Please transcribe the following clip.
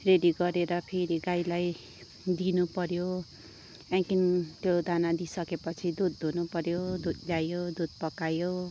ready गरेर फेरि गाईलाई दिनुपऱ्यो त्यहाँदेखि त्यो दाना दिइसके पछि दुध दुहुनु पऱ्यो दुध ल्यायो दुध पकायो